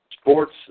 Sports